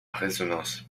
résonance